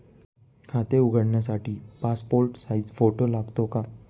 खाते उघडण्यासाठी passport size photo लागतो का?